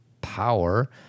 power